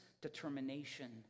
determination